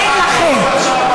אין לכם.